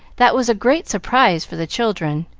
that was a great surprise for the children,